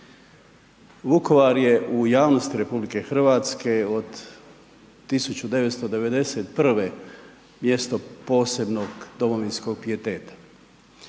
Vukovar je u javnosti RH od 1991. mjesto posebnog domovinskog pijeteta.